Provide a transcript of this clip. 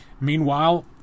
Meanwhile